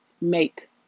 make